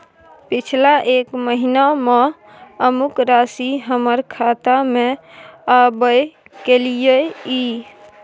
पिछला एक महीना म अमुक राशि हमर खाता में आबय कैलियै इ?